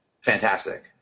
fantastic